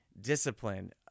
discipline